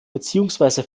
beziehungsweise